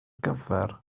gyfer